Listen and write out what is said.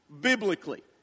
biblically